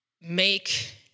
make